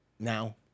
now